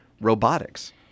robotics